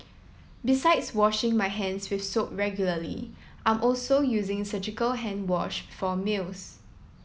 besides washing my hands with soap regularly I'm also using surgical hand wash for meals